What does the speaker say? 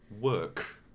work